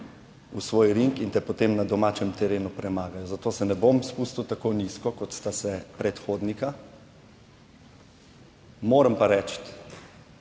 v svoj ring in te potem na domačem terenu premagajo. Zato se ne bom spustil tako nizko, kot sta se predhodnika. Moram pa reči,